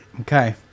Okay